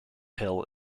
hill